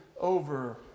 over